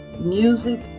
Music